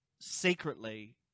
secretly